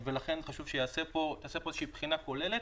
ולכן חשוב שתיעשה פה איזושהי בחינה כוללת,